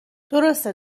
درسته